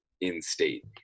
in-state